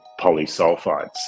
polysulfides